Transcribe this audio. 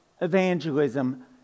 evangelism